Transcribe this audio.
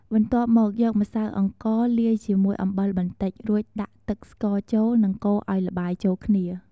បន្ទាប់មកយកម្សៅអង្កលាយជាមួយអំបិលបន្តិច រួចដាក់ទឹកស្ករចូលនិងកូរឱ្យល្បាយចូលគ្នា។